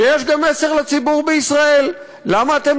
ויש גם מסר לציבור בישראל: למה אתם